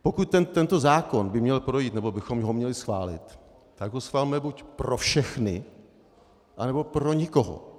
Pokud by tento zákon měl projít nebo bychom ho měli schválit, tak ho schvalme buď pro všechny, anebo pro nikoho.